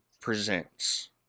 presents